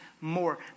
more